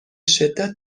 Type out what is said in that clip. شدت